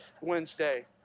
Wednesday